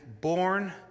born